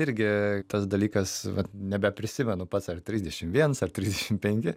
irgi tas dalykas vat nebeprisimenu pats ar trisdešim vienas ar trisdešim penki